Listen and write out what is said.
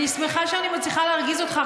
אני שמחה שאני מצליחה להרגיז אותך,